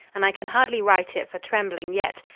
and i can hardly write it for trembling yet.